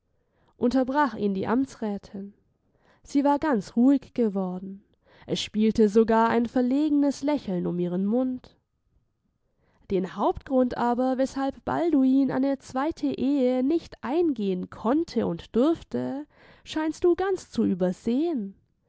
unterbrach ihn die amtsrätin sie war ganz ruhig geworden es spielte sogar ein verlegenes lächeln um ihren mund den hauptgrund aber weshalb balduin eine zweite ehe nicht eingehen konnte und durfte scheinst du ganz zu übersehen